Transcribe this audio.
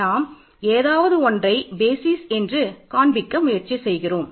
நாம் ஏதாவது ஒன்றை பேசிஸ் இருக்கும் என்பதை காண்பிக்க முயற்சி செய்கிறோம்